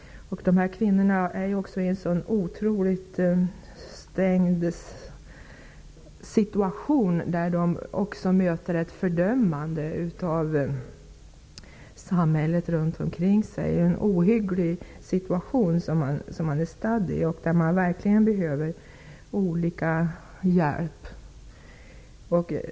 De här kvinnorna befinner sig ju också i en otroligt stängd situation, eftersom de också möter ett fördömande av samhället runt omkring sig. Det är en ohygglig situation de befinner sig i, och de behöver verkligen olika former av hjälp.